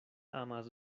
amas